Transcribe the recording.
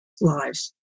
lives